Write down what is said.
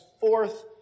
fourth